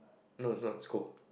no it's not it's cold